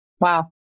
Wow